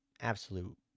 absolute